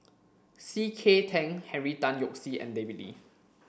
C K Tang Henry Tan Yoke See and David Lee